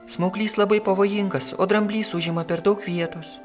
smauglys labai pavojingas o dramblys užima per daug vietos